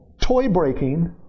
toy-breaking